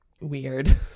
weird